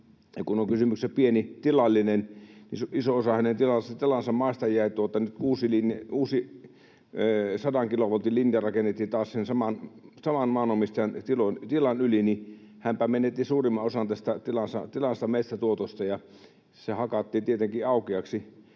pieni tilallinen, niin iso osa hänen tilansa maasta jäi alle, kun uusi sadan kilovoltin linja rakennettiin taas sen saman maanomistajan tilan yli. Hän menetti suurimman osan tilansa metsätuotosta, kun se hakattiin tietenkin aukeaksi,